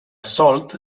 salt